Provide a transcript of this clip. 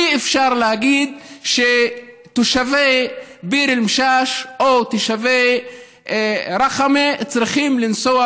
אי-אפשר להגיד שתושבי ביר אל-משאש או תושבי רח'מה צריכים לנסוע